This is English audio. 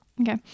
okay